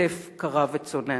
כתף קרה וצוננת.